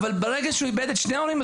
אבל ברגע שהוא איבד את שני ההורים,